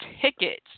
tickets